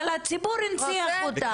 והיא לא תהיה אבל הציבור הנציח אותה,